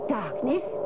darkness